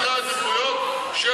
זה מראה מה סדרי העדיפויות, חצוף.